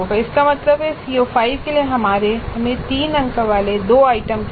इसका मतलब है कि CO5 के लिए हमें 3 अंक वाले दो आइटम चाहिए